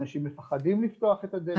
אנשים מפחדים לפתוח את הדלת.